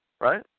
right